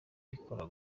bikorwa